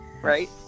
Right